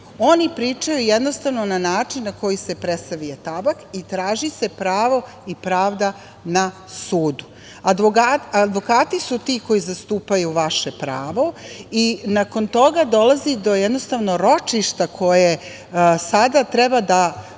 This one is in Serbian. Oni pričaju jednostavno na način na koji se presavije tabak i traži se pravo i pravda na sudu. Advokati su ti koji zastupaju vaše pravo i nakon toga dolazi do ročišta, koje sada treba da